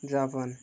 Japan